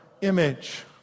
image